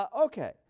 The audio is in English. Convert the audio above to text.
Okay